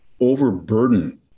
overburdened